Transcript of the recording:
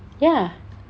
ya